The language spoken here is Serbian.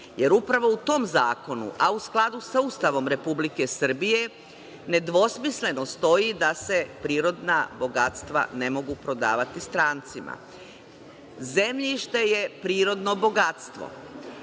Jer upravo u tom zakonu, a u skladu sa Ustavom Republike Srbije, nedvosmisleno stoji da se prirodna bogatstva ne mogu prodavati strancima. Zemljište je prirodno bogatstvo.